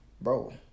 Bro